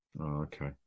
okay